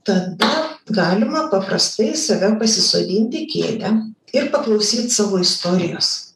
tada galima paprastai save pasisodint į kėdę ir paklausyt savo istorijos